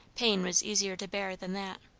pain was easier to bear than that.